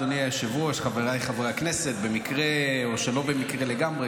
המליאה רוצה לשמוע תמיד.